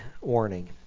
warning